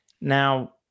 Now